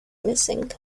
missing